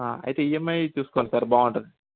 అయితే ఈఎంఐ చూసుకోవాలి సార్ బాగా ఉంటుంది